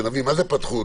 מה זה פתחו?